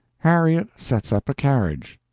harriet sets up carriage.